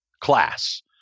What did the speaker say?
class